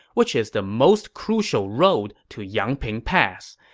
which is the most crucial road to yangping pass.